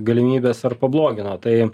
galimybes ar pablogino tai